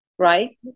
right